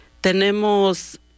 tenemos